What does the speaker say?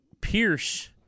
Pierce